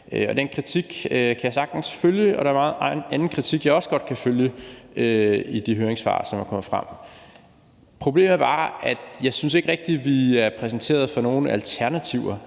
Den kritik kan jeg sagtens følge, og der er også meget anden kritik, jeg godt kan følge i de høringssvar, som er kommet frem. Problemet er bare, at jeg ikke rigtig synes, vi er blevet præsenteret for nogen alternativer.